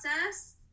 process